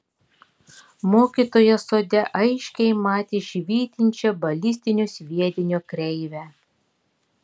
mokytojas sode aiškiai matė švytinčią balistinio sviedinio kreivę